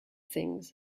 things